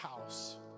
house